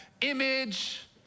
image